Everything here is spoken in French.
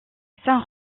saint